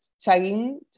tagging